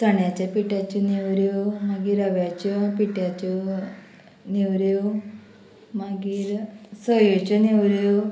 चण्याच्या पिट्याच्यो नेवऱ्यो मागीर रव्याच्यो पिट्याच्यो नेवऱ्यो मागीर सयेच्यो नेवऱ्यो